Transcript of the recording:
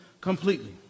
completely